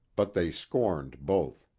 but they scorned both.